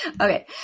Okay